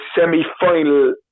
semi-final